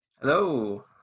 Hello